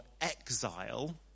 exile